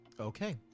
Okay